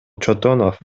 чотонов